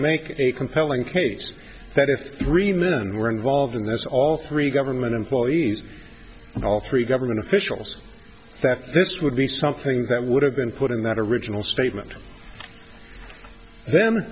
make a compelling case that if three men were involved in this all three government employees and all three government officials that this would be something that would have been put in that original statement then